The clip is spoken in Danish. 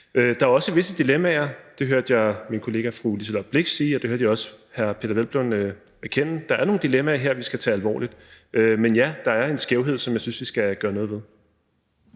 Der er også visse dilemmaer her – det hørte jeg min kollega fru Liselott Blixt sige, og det hørte jeg også hr. Peder Hvelplund erkende – som vi skal tage alvorligt. Men ja, der er en skævhed, som jeg synes vi skal have gjort noget ved.